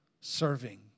serving